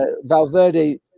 Valverde